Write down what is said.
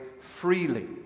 freely